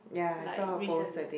like recently